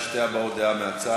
יש שתי הבעות דעה מהצד,